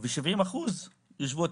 אז אי-אפשר להזיז את